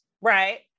Right